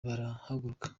barahaguruka